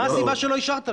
מה הסיבה שלא אשרת לו?